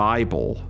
Bible